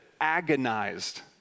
agonized